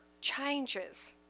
changes